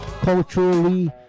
culturally